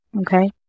okay